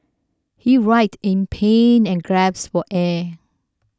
he writhed in pain and gasped for air